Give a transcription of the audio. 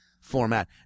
format